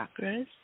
chakras